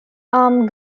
arm